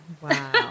Wow